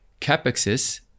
capexes